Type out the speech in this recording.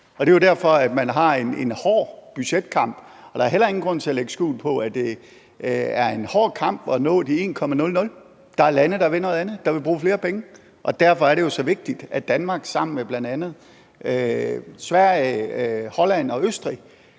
det er jo derfor, at man har en hård budgetkamp. Der er heller ingen grund til at lægge skjul på, at det er en hård kamp at nå den 1,00 pct. Der er lande, der vil noget andet – der vil bruge flere penge. Og derfor er det jo så vigtigt, at Danmark sammen med bl.a. Sverige, Holland og Østrig